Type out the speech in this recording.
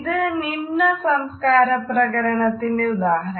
ഇത് നിമ്നസംസ്കാര പ്രകരണത്തിന് ഉദാഹരണം